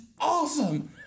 awesome